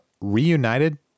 reunited